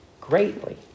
greatly